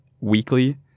weekly